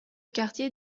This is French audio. quartier